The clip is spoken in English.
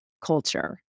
culture